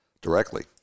directly